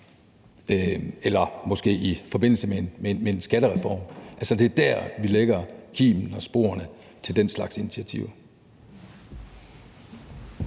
eller måske i forbindelse med en skattereform, at vi lægger kimen og sporene til den slags initiativer.